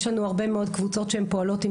יש לנו הרבה מאוד קבוצות שהן פועלות עם